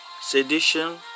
sedition